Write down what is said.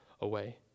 away